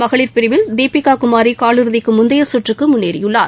மகளிர் பிரிவில் தீபிக்கா குமாரி கால் இறுதிக்கு முந்தைய சுற்றுக்கு முன்னேறியுள்ளார்